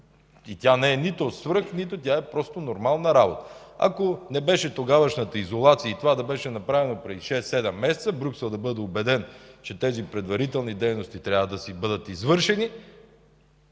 но тя не е свръх, а просто е нормална работа. Ако не беше тогавашната изолация и това не беше направено преди 6, 7 месеца, и Брюксел да беше убеден, че тези две предварителни дейности трябва да бъдат извършени,